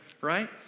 right